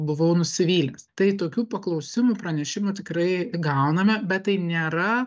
buvau nusivylęs tai tokių paklausimų pranešimų tikrai gauname bet tai nėra